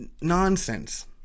nonsense